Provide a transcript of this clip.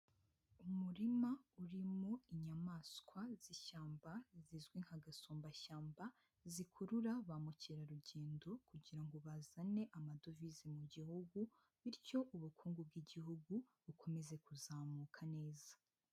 umurima urimo inyamaswa z'ishyamba zizwi nka gasumbashyamba, zikurura ba mukerarugendo kugira ngo bazane amadovize mu gihugu, bityo ubukungu bw'igihugu bukomeze kuzamuka neza.